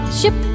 ship